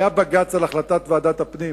היה בג"ץ על החלטת ועדת הפנים.